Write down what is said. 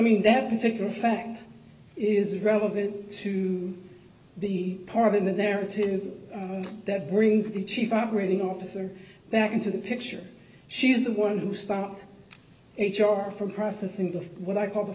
mean that particular fact is relevant to the part of the narrative that brings the chief operating officer back into the picture she's the one who stopped h r from processing to what i call the